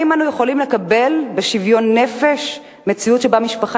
האם אנו יכולים לקבל בשוויון נפש מציאות שבה משפחה